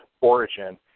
origin